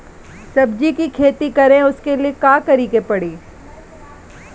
सब्जी की खेती करें उसके लिए का करिके पड़ी?